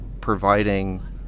providing